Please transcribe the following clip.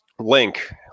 link